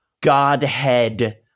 godhead